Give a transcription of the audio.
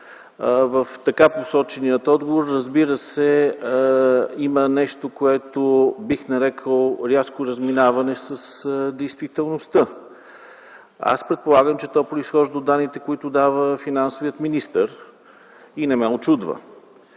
в така посочения отговор има нещо, което бих нарекъл рязко разминаване с действителността. Аз предполагам, че то произхожда от данните, които дава финансовият министър, и не ме учудва.